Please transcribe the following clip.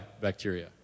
bacteria